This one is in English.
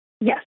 Yes